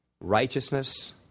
righteousness